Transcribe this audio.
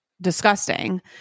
disgusting